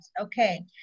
okay